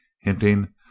hinting